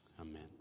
Amen